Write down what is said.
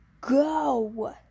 Go